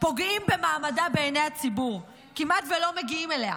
פוגעים במעמדה בעיני הציבור, כמעט לא מגיעים אליה.